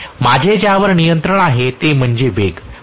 माझे ज्यावर नियंत्रण आहे ते म्हणजे वेग